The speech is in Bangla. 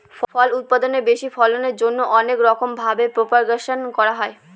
ফল উৎপাদনের বেশি ফলনের জন্যে অনেক রকম ভাবে প্রপাগাশন করা হয়